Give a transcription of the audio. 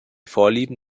vorlieben